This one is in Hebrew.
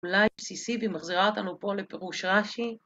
אולי בסיסי והיא מחזירה אותנו פה לפירוש רשי.